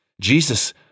Jesus